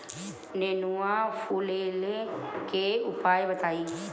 नेनुआ फुलईले के उपाय बताईं?